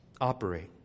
Operate